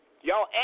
Y'all